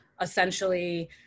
essentially